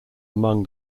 among